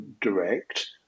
direct